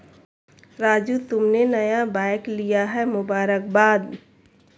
राजू तुमने नया बाइक लिया है मुबारकबाद